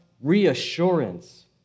reassurance